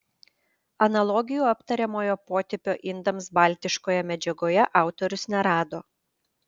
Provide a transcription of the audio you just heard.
analogijų aptariamojo potipio indams baltiškoje medžiagoje autorius nerado